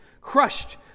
crushed